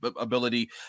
ability